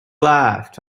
laughed